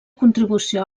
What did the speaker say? contribució